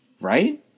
right